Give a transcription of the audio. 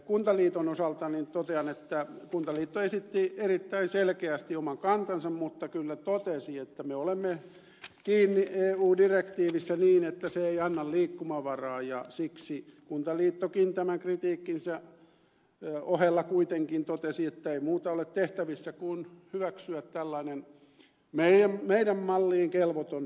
kuntaliiton osalta totean että kuntaliitto esitti erittäin selkeästi oman kantansa mutta kyllä totesi että me olemme kiinni eu direktiivissä niin että se ei anna liikkumavaraa ja siksi kuntaliittokin tämän kritiikkinsä ohella kuitenkin totesi että ei muuta ole tehtävissä kuin hyväksyä tällainen meidän malliin kelvoton lainsäädäntö